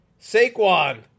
Saquon